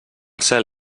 cel